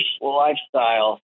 lifestyle